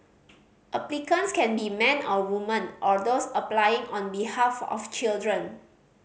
applicants can be men or woman or those applying on behalf of children